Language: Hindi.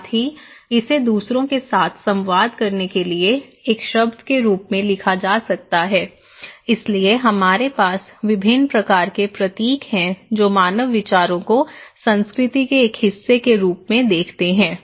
साथ ही इसे दूसरों के साथ संवाद करने के लिए एक शब्द के रूप में लिखा जा सकता है इसलिए हमारे पास विभिन्न प्रकार के प्रतीक हैं जो मानव विचारों को संस्कृति के एक हिस्से के रूप में देखते हैं